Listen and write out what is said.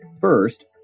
first